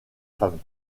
femmes